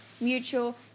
mutual